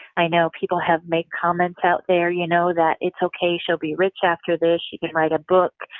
i know people have made comments out there you know that it's okay, she'll be rich after this, she can write a book,